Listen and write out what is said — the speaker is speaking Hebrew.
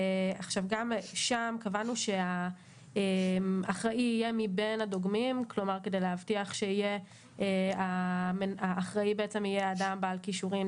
גם שם קבענו שהאחראי יהיה מבין הדוגמים ובעצם יהיה האדם בעל כישורים,